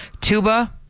Tuba